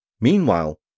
Meanwhile